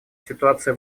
ситуация